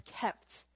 kept